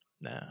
nah